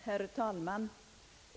Herr talman!